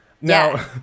now